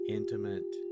intimate